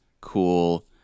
cool